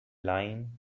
line